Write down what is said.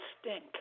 stink